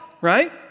right